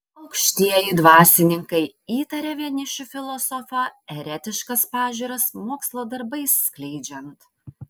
aukštieji dvasininkai įtarė vienišių filosofą eretiškas pažiūras mokslo darbais skleidžiant